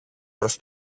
προς